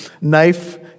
Knife